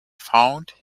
found